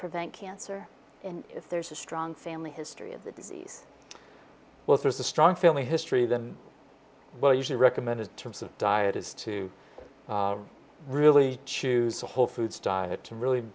prevent cancer and if there's a strong family history of the disease well there's a strong family history than well usually recommended terms of diet is to really choose a whole foods diet to really